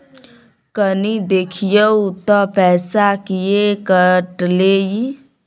कनी देखियौ त पैसा किये कटले इ?